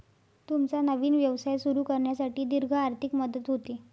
तुमचा नवीन व्यवसाय सुरू करण्यासाठी दीर्घ आर्थिक मदत होते